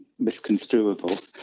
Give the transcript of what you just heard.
misconstruable